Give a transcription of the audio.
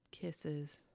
Kisses